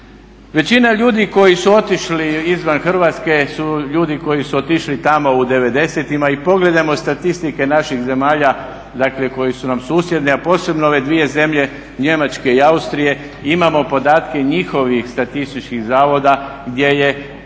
Većina ljudi koji su otišli izvan Hrvatske su ljudi koji su otišli tamo u '90.-tima i pogledajmo statistike naših zemalja, dakle koje su nam susjedne a posebno ove 2 zemlje Njemačke i Austrije. Imamo podatke i njihovih statističkih zavoda gdje je